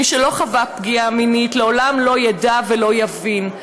מי שלא חווה פגיעה מינית לעולם לא ידע ולא יבין.